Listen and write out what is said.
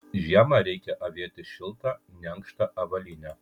žiemą reikia avėti šiltą neankštą avalynę